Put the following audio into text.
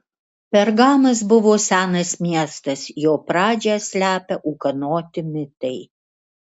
pergamas buvo senas miestas jo pradžią slepia ūkanoti mitai